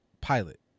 pilot